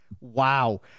Wow